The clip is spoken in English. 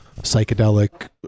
psychedelic